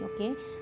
okay